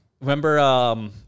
Remember